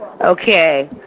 Okay